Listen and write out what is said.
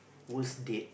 worst date